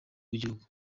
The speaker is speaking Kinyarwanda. wigihugu